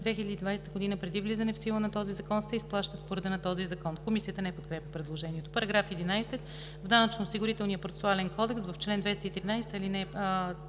2020 г., преди влизане в сила на този закон, се изплащат по реда на този закон.“ Комисията не подкрепя предложението. „§ 11. В Данъчно-осигурителния процесуален кодекс (обн.,